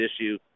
issue